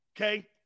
Okay